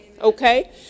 Okay